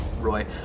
Roy